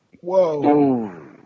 Whoa